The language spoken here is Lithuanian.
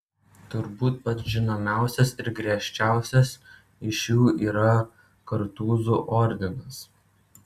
turbūt pats žinomiausias ir griežčiausias iš jų yra kartūzų ordinas